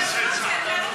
קשה למסד סחטנות.